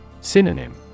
Synonym